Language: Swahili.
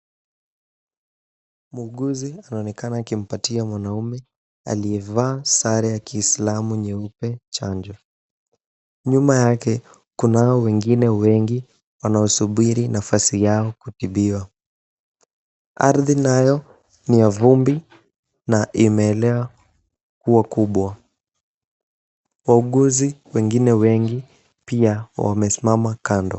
Muuguzi anaonekana akimpatia mwanaume aliyevaa sare ya kiislamu nyeupe chanjo. Nyuma yake kunao wengine wengi wanaosubiri nafasi yao kutibiwa. Ardhi nayo ni ya vumbi na imeelea kuwa kubwa. Wauguzi wengine wengi pia wamesimama kando.